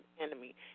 enemy